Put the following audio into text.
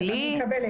בסדר, אני מקבלת.